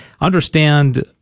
understand